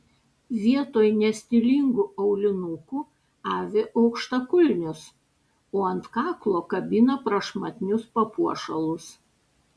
vietoj nestilingų aulinukų avi aukštakulnius o ant kaklo kabina prašmatnius papuošalus